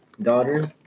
daughter